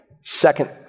Second